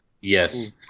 Yes